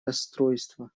расстройство